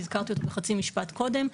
הזכרתי אותו בחצי משפט קודם,